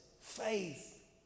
Faith